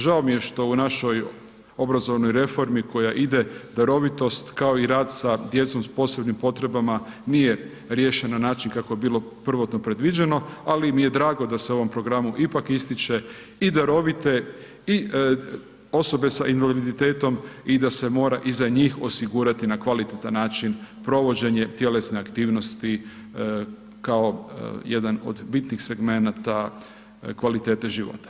Žao mi je što u našoj obrazovnoj reformi koja ide, darovitost, kao i rad s djecom s posebnim potrebama nije riješen na način kako je bilo prvotno predviđeno, ali mi je drago da se ovom programu ipak ističe i darovite i osobe s invaliditetom i da se mora i za njih osigurati na kvalitetan način provođenje tjelesne aktivnosti kao jedan od bitnih segmenata kvalitete života.